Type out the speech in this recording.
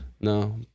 No